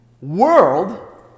world